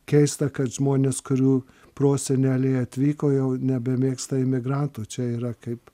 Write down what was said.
keista kad žmonės kurių proseneliai atvyko jau nebemėgsta imigrantų čia yra kaip